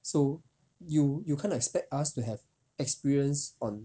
so you you can't expect us to have experience on